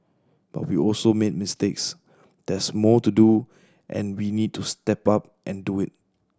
but we also made mistakes there's more to do and we need to step up and do it